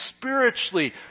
spiritually